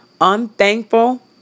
unthankful